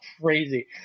crazy